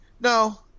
No